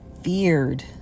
feared